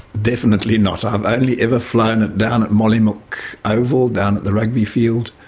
definitely not. i've only ever flown it down at mollymook oval, down at the rugby field.